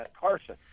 Carson